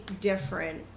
different